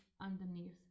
underneath